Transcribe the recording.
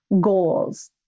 goals